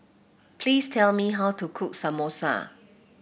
please tell me how to cook Samosa